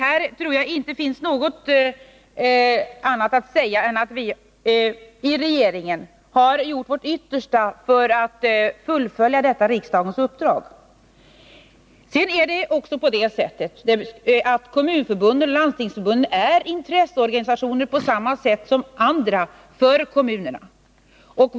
Jag tror inte att det finns något annat att säga än att vi i regeringen har gjort vårt yttersta för att fullfölja detta riksdagens uppdrag. Kommunförbunden och landstingsförbunden är intresseorganisationer för kommunerna.